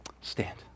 Stand